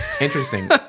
interesting